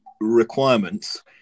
requirements